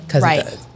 Right